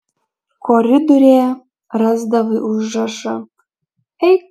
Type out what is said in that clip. koridoriuje rasdavai užrašą eik